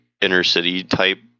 inner-city-type